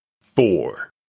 four